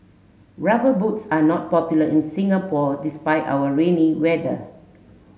rubber boots are not popular in Singapore despite our rainy weather